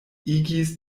igis